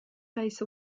face